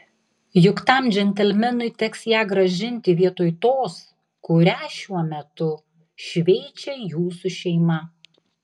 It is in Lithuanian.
juk tam džentelmenui teks ją grąžinti vietoj tos kurią šiuo metu šveičia jūsų šeima